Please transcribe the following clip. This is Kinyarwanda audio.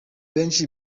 benshi